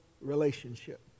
relationship